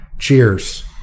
Cheers